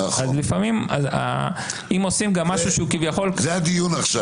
אם עושים משהו שהוא כביכול --- זה הדיון עכשיו.